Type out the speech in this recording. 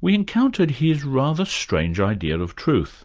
we encountered his rather strange idea of truth